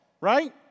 right